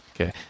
Okay